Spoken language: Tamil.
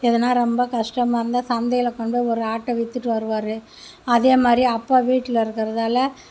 எதுன்னா ரொம்ப கஷ்டமாக இருந்தா சந்தையில் கொண்டு போய் ஒரு ஆட்டை விற்றுட்டு வருவார் அதே மாதிரி அப்பா வீட்டில் இருக்கிறதால